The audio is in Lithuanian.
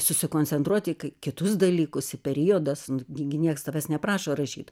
susikoncentruot į k kitus dalykus į periodą s gi gi nieks tavęs neprašo rašyt